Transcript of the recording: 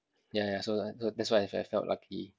ya ya so that's why I I felt lucky